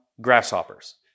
grasshoppers